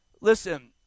listen